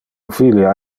filia